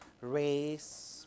race